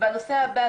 והנושא הבא,